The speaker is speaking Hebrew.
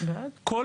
כך כל